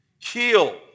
kill